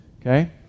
Okay